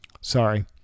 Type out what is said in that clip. Sorry